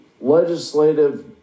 legislative